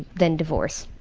then divorce.